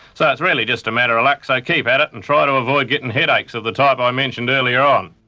so it's really just a matter of luck, so keep at it and try to avoid getting headaches of the type i mentioned earlier on.